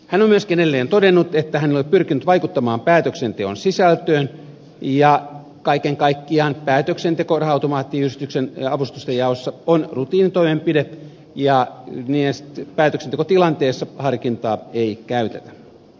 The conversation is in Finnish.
hän on myöskin edelleen todennut että hän ei ole pyrkinyt vaikuttamaan päätöksenteon sisältöön ja kaiken kaikkiaan päätöksenteko raha automaattiyhdistyksen avustusten jaossa on rutiinitoimenpide ja päätöksentekotilanteessa ei harkintaa käytetä